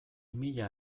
mila